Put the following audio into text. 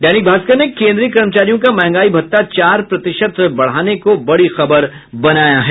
दैनिक भास्कर ने केन्द्रीय कर्मचारियों का महंगाई भत्ता चार प्रतिशत बढ़ा को बड़ी खबर बनाया है